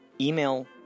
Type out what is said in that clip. Email